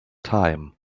time